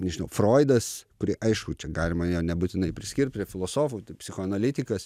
nežinau froidas kurį aišku čia galima jo nebūtinai priskirt prie filosofų tai psichoanalitikas